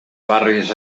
barris